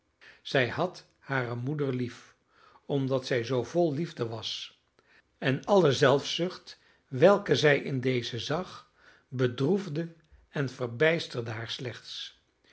zij had hare moeder lief omdat zij zoo vol liefde was en al de zelfzucht welke zij in deze zag bedroefde en verbijsterde haar slechts